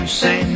say